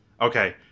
Okay